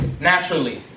Naturally